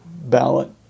ballot